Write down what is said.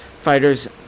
fighters